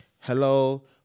hello